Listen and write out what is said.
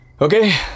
Okay